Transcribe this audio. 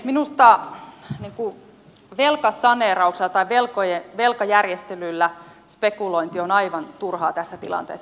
minusta velkasaneerauksella tai velkajärjestelyllä spekulointi on aivan turhaa tässä tilanteessa